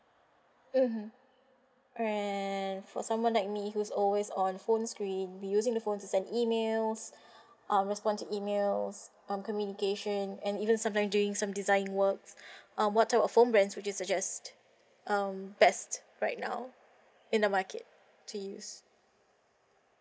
mmhmm and for someone like me who is always on phone screen be using the phone to send emails uh respond to emails um communication and even sometimes doing some design works uh what type of phone brands would you suggest um best right now in the market to use